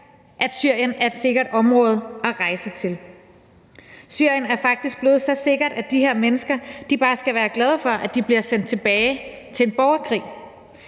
at Syrien er et sikkert område at rejse til. Syrien er faktisk blevet så sikkert, at de her mennesker bare skal være glad for, at de bliver sendt tilbage til en borgerkrig.